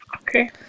Okay